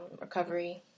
recovery